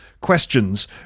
questions